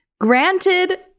granted